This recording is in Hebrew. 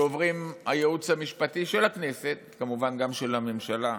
שעובר הייעוץ המשפטי של הכנסת וגם של הממשלה,